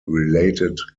related